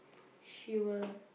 she will